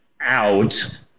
out